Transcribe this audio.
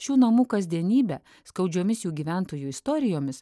šių namų kasdienybė skaudžiomis jų gyventojų istorijomis